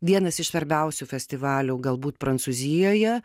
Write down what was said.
vienas iš svarbiausių festivalių galbūt prancūzijoje